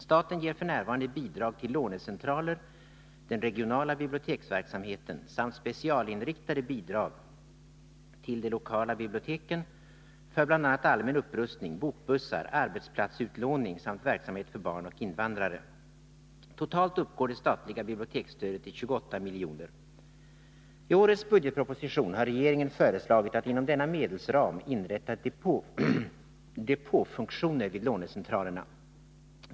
Staten ger f. n. bidrag till lånecentraler, den regionala biblioteksverksamheten samt specialinriktade bidrag till de lokala biblioteken för bl.a. allmän upprustning, bokbussar, arbetsplatsutlåning samt verksamhet för barn och invandrare. Totalt uppgår det statliga biblioteksstödet till 28 milj.kr. I årets budgetproposition har regeringen föreslagit att inom denna medelsram inrätta depåfunktioner vid lånecentralerna.